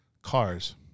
Cars